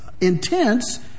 intense